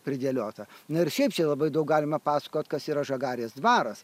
pridėliota na ir šiaip čia labai daug galima pasakot kas yra žagarės dvaras